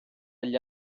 agli